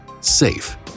safe